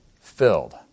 filled